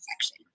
Section